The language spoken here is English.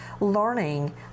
learning